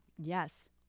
Yes